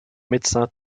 médecin